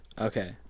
Okay